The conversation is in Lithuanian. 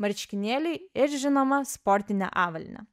marškinėliai ir žinoma sportinė avalynė